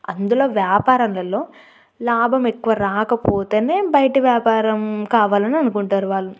అందులో వ్యాపారంలలో లాభం ఎక్కువ రాకపోతేనే బయటి వ్యాపారం కావాలని అనుకుంటారు వాళ్ళు